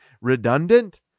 redundant